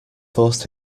forced